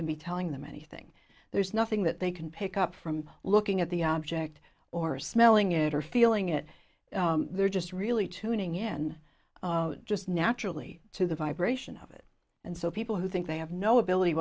can be telling them anything there's nothing that they can pick up from looking at the object or smelling it or feeling it they're just really tuning in just naturally to the vibration of it and so people who think they have no ability